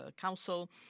Council